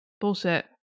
bullshit